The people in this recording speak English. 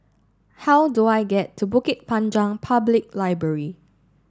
how do I get to Bukit Panjang Public Library